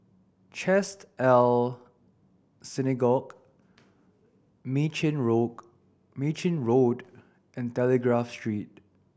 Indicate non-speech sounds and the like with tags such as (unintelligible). Chesed El Synagogue Mei Chin (unintelligible) Mei Chin Road and Telegraph Street